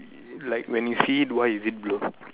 like when you see it why is it blue